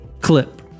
clip